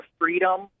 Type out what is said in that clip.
freedom